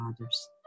others